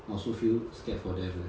I also feel scared for them leh